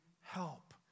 help